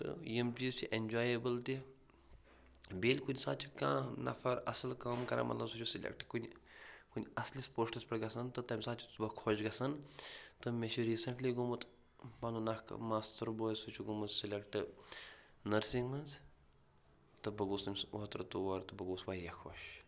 تہٕ یِم چیٖز چھِ اٮ۪نجاییبٕل تہِ بیٚیہِ ییٚلہِ کُنہِ ساتہٕ چھِ کانٛہہ نَفر اَصٕل کٲم کَران مطلب سُہ چھُ سِلٮ۪کٹ کُنہِ کُنہِ اَصلِس پوسٹَس پٮ۪ٹھ گَژھان تہٕ تَمہِ ساتہٕ تہِ چھُس بہٕ خوش گَژھان تہٕ مےٚ چھِ ریٖسنٛٹلی گوٚمُت پَنُن اَکھ ماستُر بوے سُہ چھُ گوٚمُت سِلٮ۪کٹ نٔرسِنٛگ منٛز تہٕ بہٕ گوس تٔمِس اوترٕ تور تہٕ بہٕ گوس واریاہ خوش